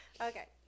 Okay